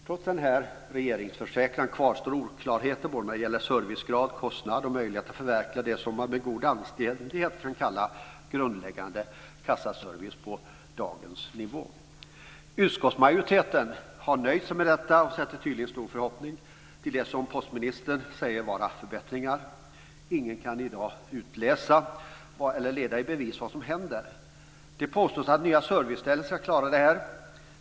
Trots denna regeringsförsäkran kvarstår oklarheterna när det gäller såväl servicegrad som kostnad och möjligheten att förverkliga dagens nivå på det som man med god anständighet kan kalla för grundläggande kassaservice. Utskottsmajoriteten har nöjt sig med detta och sätter tydligen stor förhoppning till det som postministern säger vara förbättringar. Ingen kan i dag utläsa eller leda i bevis vad som händer. Det påstås att nya serviceställen ska klara allt detta.